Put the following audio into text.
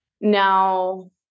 now